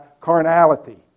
carnality